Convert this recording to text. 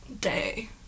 day